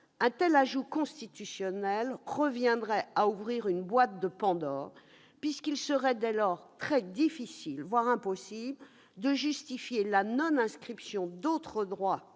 un tel ajout constitutionnel reviendrait à ouvrir la boîte de Pandore, puisqu'il serait dès lors très difficile, voire impossible, de justifier la non-inscription dans la